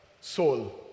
soul